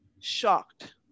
shocked